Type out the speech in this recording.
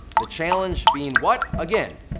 the challenge being what, again,